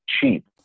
cheap